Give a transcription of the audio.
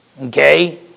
Okay